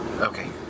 Okay